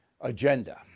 agenda